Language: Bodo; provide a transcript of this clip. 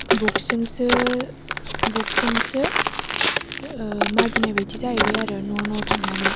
बक्सजोंसो मागिनाय बायदि जाहैबाय आरो न' न' थांनानै